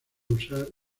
usar